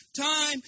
time